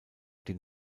den